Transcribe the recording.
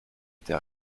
étais